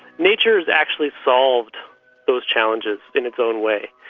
nature's actually solved those challenges in its own way.